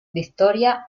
victoria